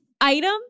item